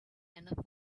enough